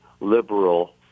liberal